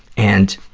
and,